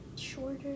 shorter